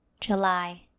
July